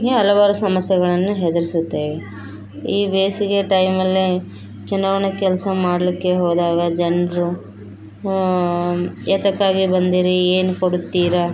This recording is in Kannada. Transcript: ಹೀಗೆ ಹಲವಾರು ಸಮಸ್ಯೆಗಳನ್ನ ಎದುರಿಸುತ್ತೇವೆ ಈ ಬೇಸಿಗೆ ಟೈಮಲ್ಲಿ ಚುನಾವಣೆ ಕೆಲಸ ಮಾಡಲ್ಲಿಕ್ಕೆ ಹೋದಾಗ ಜನರು ಏತಕ್ಕಾಗಿ ಬಂದಿರೀ ಏನು ಕೊಡುತ್ತೀರ